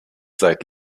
seit